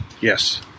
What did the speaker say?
Yes